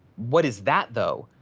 what is that, though?